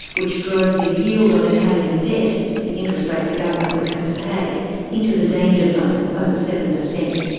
which drove the yield on italian debt the interest rate the government would have to pay into the danger zone over seven per cent.